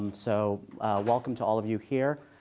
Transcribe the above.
so welcome to all of you here.